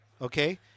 okay